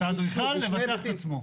את האדריכל לבטח את עצמו.